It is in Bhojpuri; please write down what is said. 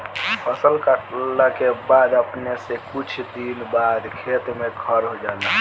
फसल काटला के बाद अपने से कुछ दिन बाद खेत में खर हो जाला